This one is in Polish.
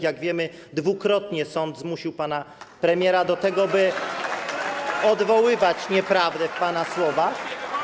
Jak wiemy, dwukrotnie sąd zmusił pana premiera do tego, by odwoływać nieprawdę w pana słowach.